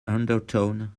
undertone